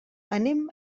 anem